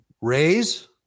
raise